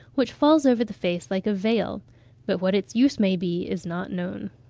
which falls over the face like a veil but what its use may be, is not known.